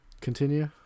continue